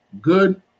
good